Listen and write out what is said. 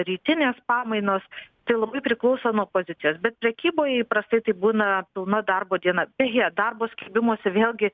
rytinės pamainos tai labai priklauso nuo pozicijos bet prekyboj įprastai tai būna pilna darbo diena beje darbo skelbimuose vėlgi